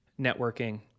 networking